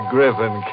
Griffin